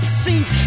scenes